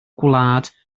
gwlad